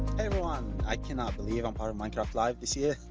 everyone. i cannot believe i'm part of minecraft live this year.